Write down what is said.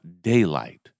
daylight